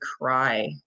cry